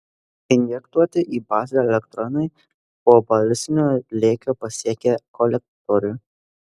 injektuoti į bazę elektronai po balistinio lėkio pasiekia kolektorių